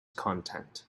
content